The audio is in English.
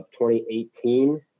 2018